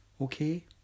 okay